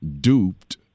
duped